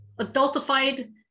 adultified